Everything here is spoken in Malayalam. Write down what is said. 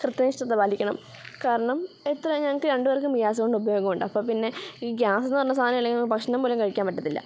കൃത്യനിഷ്ഠത പാലിക്കണം കാരണം എത്ര ഞങ്ങൾക്ക് രണ്ടുപേർക്കും ഗ്യാസ് കൊണ്ട് ഉപയോഗമുണ്ട് അപ്പോൾ പിന്നെ ഈ ഗ്യാസെന്നു പറഞ്ഞ സാധനം ഇല്ലെങ്കിൽ ഭക്ഷണം പോലും കഴിക്കാൻ പറ്റത്തില്ല